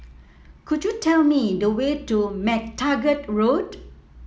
could you tell me the way to MacTaggart Road